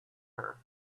her